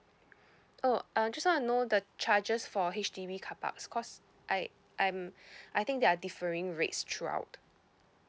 oh uh just want to know the charges for H_D_B carparks cause I I'm I think they are differing rates throughout